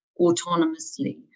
autonomously